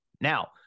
Now